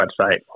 website